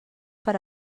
per